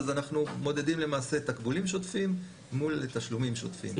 אז אנחנו מודדים למעשה תקבולים שוטפים מול תשלומים שוטפים,